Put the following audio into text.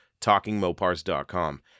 TalkingMopars.com